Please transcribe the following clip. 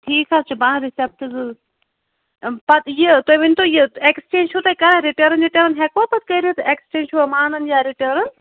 ٹھیٖک حظ چھُ بہٕ اَنہٕ رِسیٚپٹ زٕ پَتہٕ یہِ تُہۍ ؤنۍ تو یہِ ایٚکٕسچینٛج چھُو تُہۍ کران رِٹٲرٕن وِٹٲرٕن ہیٚکوا پَتہٕ کٔرِتھ ایٚکٕسچینٛج چھوا مانان یا رِٹٲرٕن